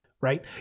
right